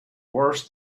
worse